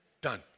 Done